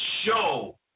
show